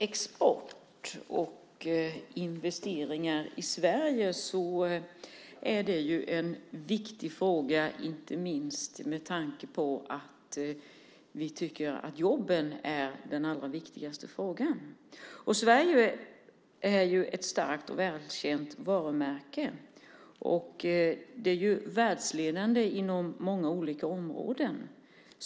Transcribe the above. Export och investeringar i Sverige är en viktig fråga inte minst med tanke på att vi tycker att jobben är den viktigaste frågan. Sverige är ju ett starkt och välkänt varumärke. Det är världsledande på många olika områden.